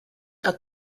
are